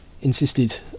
insisted